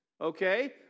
Okay